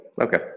Okay